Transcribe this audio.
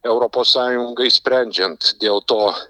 europos sąjungai sprendžiant dėl to